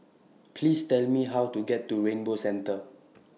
Please Tell Me How to get to Rainbow Centre